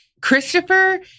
Christopher